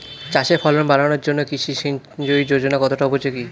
চাষের ফলন বাড়ানোর জন্য কৃষি সিঞ্চয়ী যোজনা কতটা উপযোগী?